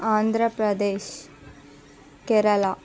Andhra Pradesh Kerala